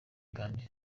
kandi